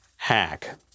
Hack